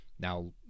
Now